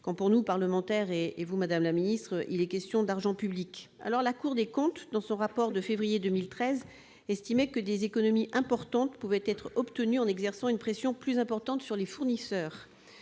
oblige, nous, parlementaires, et vous, madame la ministre, quand il est question d'argent public. La Cour des comptes, dans son rapport de février 2013, estimait que des économies importantes pouvaient être obtenues en exerçant une pression plus importante sur les fournisseurs